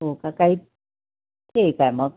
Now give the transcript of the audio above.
हो का काही ठीक आहे मग